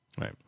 Right